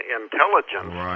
intelligence